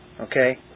Okay